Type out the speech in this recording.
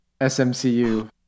smcu